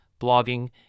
blogging